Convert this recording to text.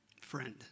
Friend